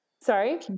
Sorry